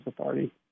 authority